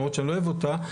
למרות שאני לא אוהב אותה,